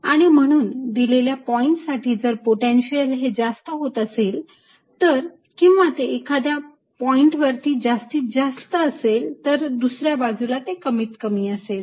आणि म्हणून दिलेल्या पॉइंट साठी जर पोटेन्शियल हे जास्त होत असेल तर किंवा ते एखाद्या पॉईंट वरती जास्तीत जास्त असेल तर दुसऱ्या बाजूला ते कमीत कमी असेल